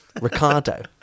Ricardo